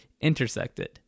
intersected